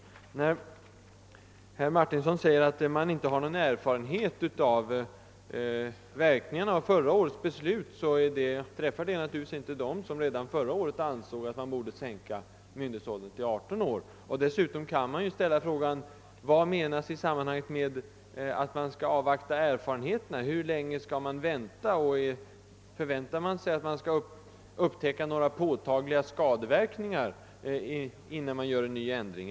Herr Martinssons argument, att man inte har någon erfarenhet av verkningarna av förra årets beslut, träffar naturligtvis inte dem som redan förra året ansåg att man borde sänka myndighetsåldern till 18 år. Dessutom kan man ställa frågan: Vad menas i sammanhanget med att man skall avvakta erfarenheterna? Hur länge skall man vänta? Förväntar man sig att upptäcka några påtagliga skadeverkningar innan man vidtar en ny ändring?